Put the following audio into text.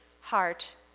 heart